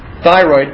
Thyroid